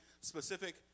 specific